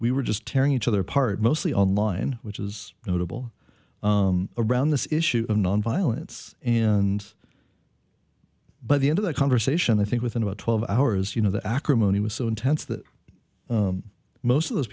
we were just tearing each other apart mostly online which is notable around this issue of nonviolence and but the end of the conversation i think within about twelve hours you know the acrimony was so intense that most of those